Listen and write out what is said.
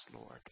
Lord